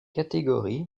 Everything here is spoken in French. catégorie